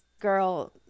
Girl